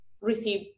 receive